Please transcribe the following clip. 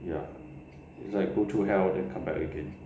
ya it's like go through hell then come back again